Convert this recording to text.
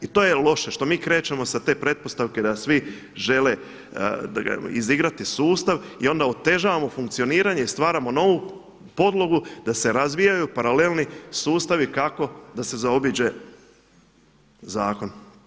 I to je loše što mi krećemo sa te pretpostavke da svi žele izigrati sustav i onda otežavamo funkcioniranje i stvaramo novu podlogu da se razvijaju paralelni sustavi kako da se zaobiđe zakon.